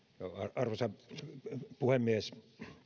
arvoisa puhemies